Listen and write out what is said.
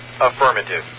Affirmative